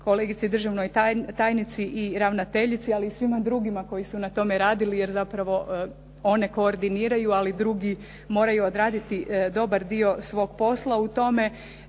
kolegici državnoj tajnici i ravnateljici, ali i svima drugima koji su na tome radili, jer zapravo one koordiniraju ali drugi moraju odraditi dobar dio svog posla u tome